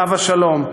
עליו השלום,